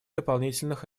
дополнительных